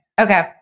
Okay